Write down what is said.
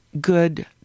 good